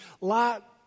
Lot